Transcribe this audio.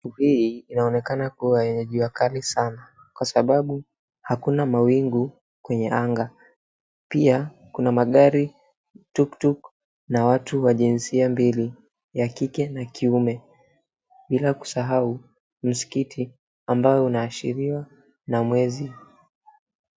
Hii inaonekana kuwa yenye jua kali sana kwa sababu hakuna mawingu kwenye anga. Pia kuna magari, tuktuk na watu wa jinsia mbili ya kike na kiume. Bila kusahau, msikiti ambao unaashiriwa na mwezi.